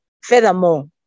Furthermore